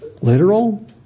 literal